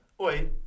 Oi